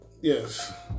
yes